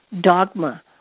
dogma